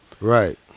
Right